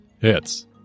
hits